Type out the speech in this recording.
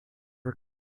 are